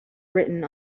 written